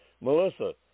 Melissa